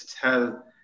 tell